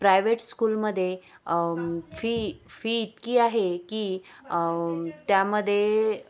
private स्कूलमध्ये fee fee इतकी आहे की त्यामध्ये